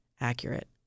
accurate